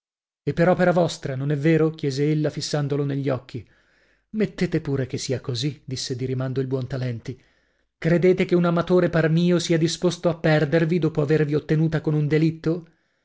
e per opera vostra non è vero chiese ella fissandolo negli occhi mettete pure che sia così disse di rimando il buontalenti credete che un amatore par mio sia disposto a perdervi dopo avervi ottenuta con un delitto